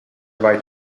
vai